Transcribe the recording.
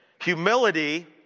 Humility